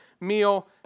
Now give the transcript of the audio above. meal